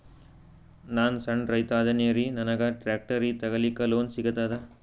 ನಾನ್ ಸಣ್ ರೈತ ಅದೇನೀರಿ ನನಗ ಟ್ಟ್ರ್ಯಾಕ್ಟರಿ ತಗಲಿಕ ಲೋನ್ ಸಿಗತದ?